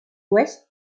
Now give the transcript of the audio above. west